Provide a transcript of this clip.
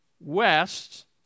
west